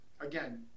again